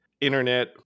internet